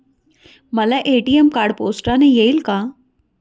मला ATM card पोस्टाने येईल का?